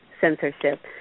censorship